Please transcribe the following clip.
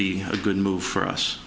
be a good move for us